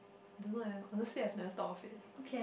don't know leh honestly I've never thought of it